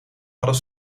hadden